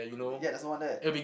yeah there's no one there